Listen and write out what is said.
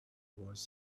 was